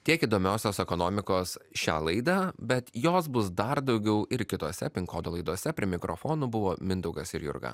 tiek įdomiosios ekonomikos šią laidą bet jos bus dar daugiau ir kitose pin kodo laidose prie mikrofonų buvo mindaugas ir jurga